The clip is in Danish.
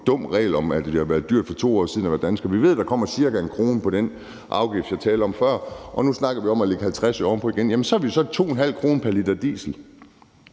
dum regel om, at det var dyrt at være dansker for 2 år siden, og vi ved, at der kommer ca. 1 kr. på den afgift, jeg talte om før, og nu snakker vi om at lægge 50 øre ovenpå igen. Jamen så har vi så 2,50 kr. pr. liter diesel.